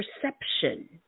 perception